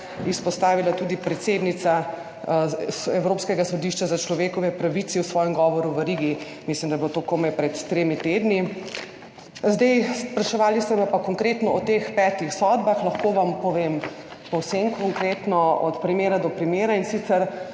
izpostavila tudi predsednica Evropskega sodišča za človekove pravice v svojem govoru v Rigi, mislim, da je bilo to pred komaj tremi tedni. Spraševali ste me pa konkretno o teh petih sodbah. Lahko vam povem povsem konkretno od primera do primera. In sicer,